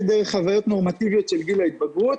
דרך חוויות נורמטיביות של גיל ההתבגרות.